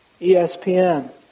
ESPN